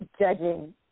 judging